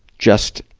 just,